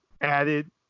added